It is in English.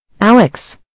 Alex